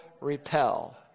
repel